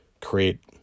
create